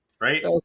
right